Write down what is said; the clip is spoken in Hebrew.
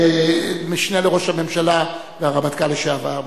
המשנה לראש הממשלה והרמטכ"ל לשעבר,